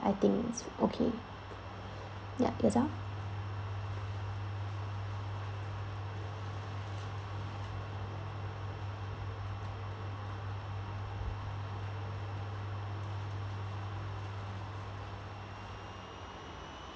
I think it's okay ya that's all